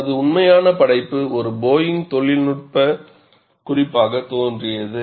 அவரது உண்மையான படைப்பு ஒரு போயிங் தொழில்நுட்ப குறிப்பாக தோன்றியது